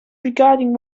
regarding